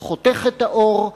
חותך את העור,